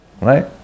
Right